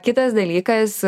kitas dalykas